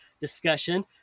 discussion